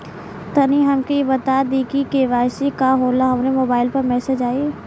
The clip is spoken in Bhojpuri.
तनि हमके इ बता दीं की के.वाइ.सी का होला हमरे मोबाइल पर मैसेज आई?